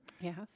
yes